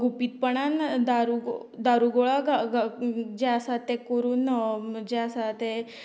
गुपीतपणान दारू दारूगोळा गांवचे जें आसात तें कोरून जें आसा तें